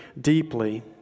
deeply